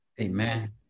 Amen